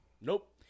Nope